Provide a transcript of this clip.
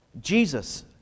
Jesus